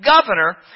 governor